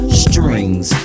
strings